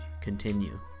continue